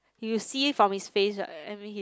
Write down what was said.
you will see from his face I mean he